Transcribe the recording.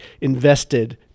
invested